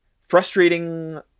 frustrating